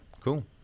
cool